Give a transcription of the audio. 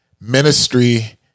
Ministry